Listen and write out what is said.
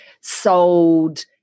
sold